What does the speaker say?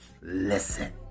Listen